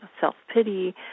self-pity